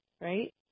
right